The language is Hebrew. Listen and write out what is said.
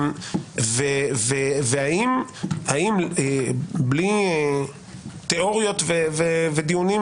האם בלי תיאוריות ודיונים,